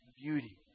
Beauty